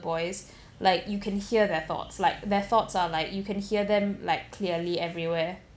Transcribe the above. boys like you can hear their thoughts like their thoughts are like you can hear them like clearly everywhere